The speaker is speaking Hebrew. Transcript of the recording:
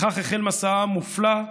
בכך החל מסעם המופלא,